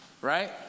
right